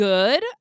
Good